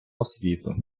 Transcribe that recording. освіту